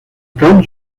están